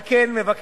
על כן מבקשת